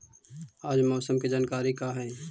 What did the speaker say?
आज मौसम के जानकारी का हई?